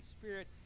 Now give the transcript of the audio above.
Spirit